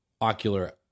ocular